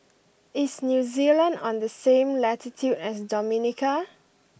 is New Zealand on the same latitude as Dominica